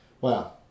Wow